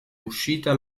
uscita